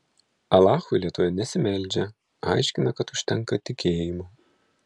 alachui lietuvė nesimeldžia aiškina kad užtenka tikėjimo